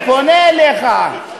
אני פונה אליך,